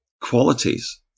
qualities